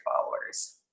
followers